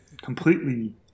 completely